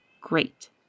Great